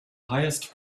highest